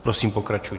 Prosím, pokračujte.